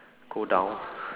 go down